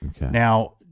Now